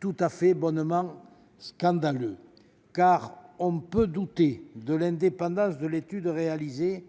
tout bonnement scandaleux. Non seulement on peut douter de l'indépendance de l'étude réalisée,